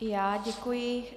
I já děkuji.